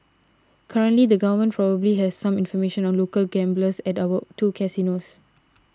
currently the government probably has some information on local gamblers at our two casinos